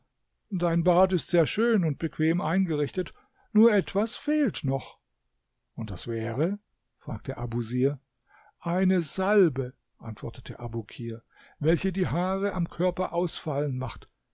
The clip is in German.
dein bad ist sehr schön und bequem eingerichtet nur etwas fehlt noch und das wäre fragte abusir eine salbe antwortete abukir welche die haare am körper ausfallen macht